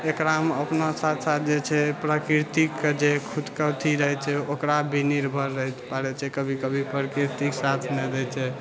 एकरामे अपना साथ साथ जे छै प्राकृतिकके जे खुदके अथी रहैत छै ओकरा भी निर्भर रहै पड़ैत छै कभी कभी प्रकृतिक साथ नहि दै छै